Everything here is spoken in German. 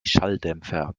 schalldämpfer